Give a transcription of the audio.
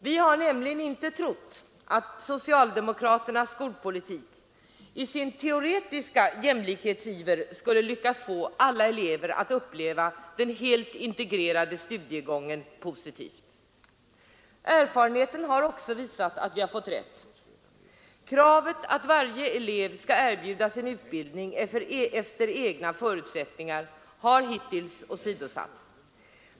Vi har nämligen inte trott att socialdemokraternas skolpolitik i sin teoretiska jämlikhetsiver skulle lyckas få alla elever att uppleva den helt integrerade studiegången positivt. Erfarenheten har också visat att vi haft rätt. Kravet att varje elev skall erbjudas en utbildning efter egna förutsättningar har hittills åsidosatts.